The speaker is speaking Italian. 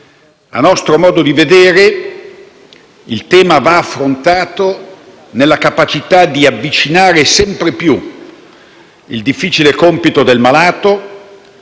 A nostro modo di vedere il tema va affrontato nella capacità di avvicinare sempre più il difficile compito del malato